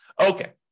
Okay